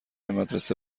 مدرسه